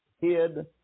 hid